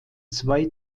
zwei